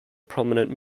prominent